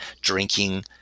drinking